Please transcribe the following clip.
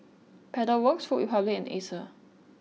Pedal Works Food Republic and Acer